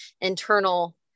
internal